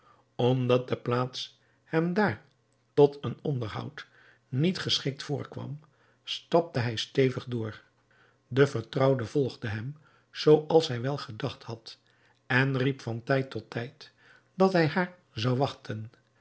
omdat de plaats hem daar tot een onderhoud niet geschikt voorkwam stapte hij stevig door de vertrouwde volgde hem zooals hij wel gedacht had en riep van tijd tot tijd dat hij haar zou wachten